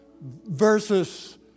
versus